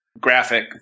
Graphic